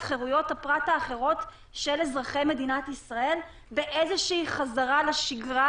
חירויות הפרט האחרות של אזרחי מדינת ישראל באיזושהי חזרה לשגרה,